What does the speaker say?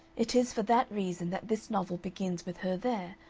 it is for that reason that this novel begins with her there,